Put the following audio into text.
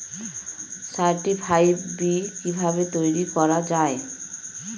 Certified বি কিভাবে তৈরি করা যায়?